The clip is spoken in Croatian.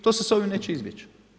To se s ovim neće izbjeć.